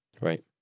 Right